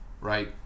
right